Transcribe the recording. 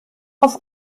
auf